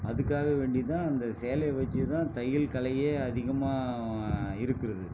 அதுக்காக வேண்டி தான் அந்த சேலைய வச்சு தான் தையல் கலையே அதிகமாக இருக்கிறது